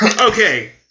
Okay